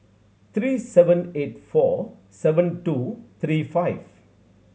three seven eight four seven two three five